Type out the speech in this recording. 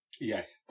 Yes